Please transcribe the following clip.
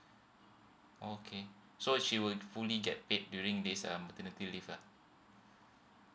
okay so she will fully get paid during this um maternity leave ah